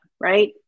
right